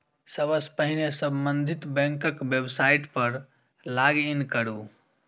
सबसं पहिने संबंधित बैंकक वेबसाइट पर लॉग इन करू